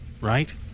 right